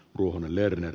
kohonen lerner